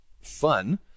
fun